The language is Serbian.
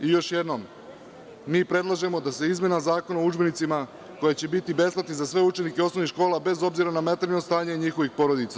Još jednom, mi predlažemo da se izmena Zakona o udžbenicima, koji će biti besplatni za sve učenike osnovnih škola, bez obzira na materijalno stanje njihovih porodica.